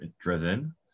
driven